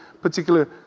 particular